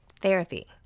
Therapy